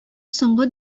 соңгы